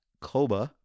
Koba